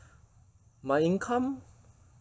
my income